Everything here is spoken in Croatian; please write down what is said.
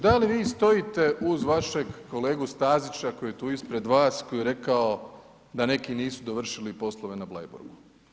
Da li vi stojite uz vašeg kolegu Stazića koji je tu ispred vas, koji je rekao da neki nisu dovršili poslove na Bleiburgu?